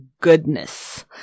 goodness